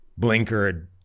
blinkered